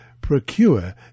procure